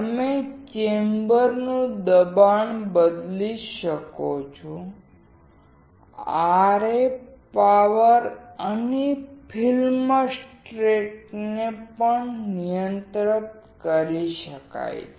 તમે ચેમ્બરનું દબાણ બદલી શકો છો RF પાવર અને ફિલ્મ સ્ટ્રેસ ને પણ નિયંત્રિત કરી શકાય છે